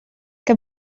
que